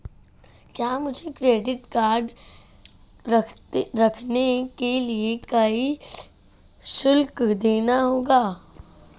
क्या मुझे credit card रखने के लिए कोई शुल्क देना होगा?